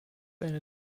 eine